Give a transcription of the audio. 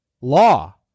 Law